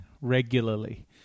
regularly